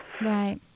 Right